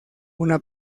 una